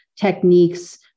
techniques